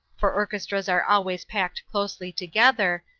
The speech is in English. for orchestras are always packed closely together,